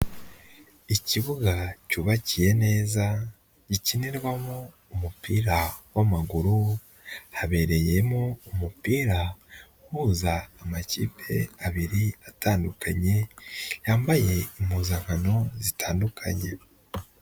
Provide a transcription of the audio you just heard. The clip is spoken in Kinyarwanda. Ikibuga cyubakiye neza gikinirwamo umupira w'amaguru, habereyemo umupira uhuza amakipe abiri atandukanye, yambaye impuzankano zitandukanye.